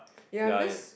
ya because